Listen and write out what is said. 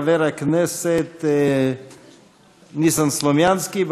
חבר הכנסת ניסן סלומינסקי,